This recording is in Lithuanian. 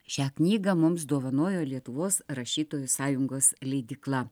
šią knygą mums dovanojo lietuvos rašytojų sąjungos leidykla